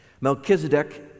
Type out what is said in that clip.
Melchizedek